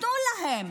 תנו להם,